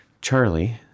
Charlie